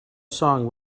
song